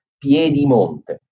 piedimonte